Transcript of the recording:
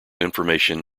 information